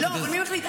אבל מי מחליט?